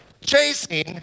chasing